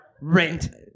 rent